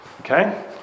Okay